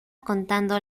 contando